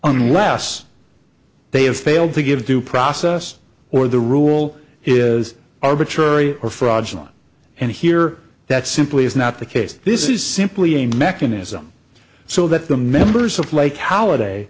unless they have failed to give due process or the rule is arbitrary or fraudulent and here that simply is not the case this is simply a mechanism so that the members of like ho